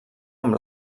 amb